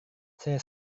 saya